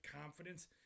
confidence